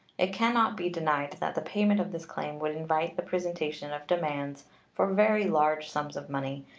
it can not be denied that the payment of this claim would invite the presentation of demands for very large sums of money